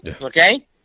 Okay